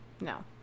no